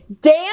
Dan